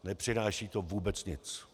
Nepřináší to vůbec nic.